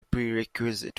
prerequisite